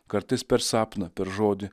kartais per sapną per žodį